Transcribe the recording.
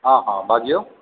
हॅं हॅं बाजियौ